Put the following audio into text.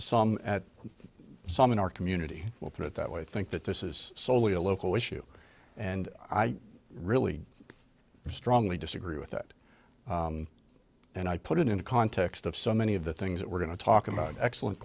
some at some in our community will put it that way i think that this is solely a local issue and i really strongly disagree with that and i put it in the context of so many of the things that we're going to talk about excellent